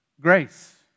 grace